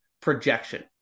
projection